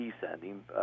descending